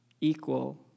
equal